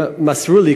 הם מסרו לי,